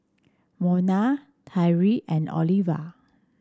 Mona Tyree and Oliva